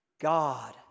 God